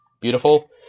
beautiful